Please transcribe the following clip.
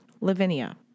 Lavinia